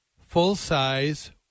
full-size